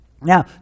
Now